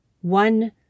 one